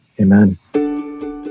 amen